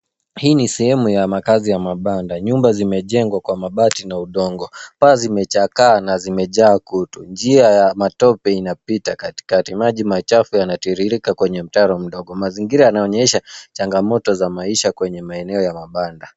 Hii ni sehemu ya makazi ya mabanda. Nyumba zimejengwa kwa mabati na udongo. Paa zimechakaa na zimejaa kutu. Njia ya matope inapita katikati. Maji machafu yanatiririka kwenye mtaro mdogo. Mazingira yanaonyesha changamoto za maisha kwenye maeneo ya mabanda.